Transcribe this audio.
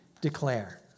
declare